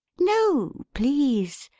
no please!